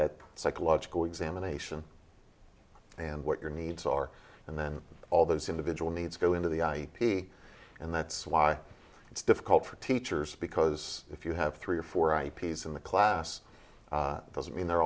that psychological examination and what your needs are and then all those individual needs go into the i p and that's why it's difficult for teachers because if you have three or four ips in the class doesn't mean they're